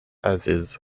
aziz